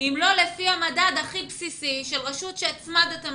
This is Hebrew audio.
אם לא לפי המדד הכי בסיסי של רשות שהצמדתם